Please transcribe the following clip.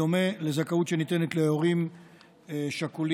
בדומה לזכאות שניתנת להורים שכולים,